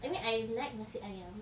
I mean I like nasi ayam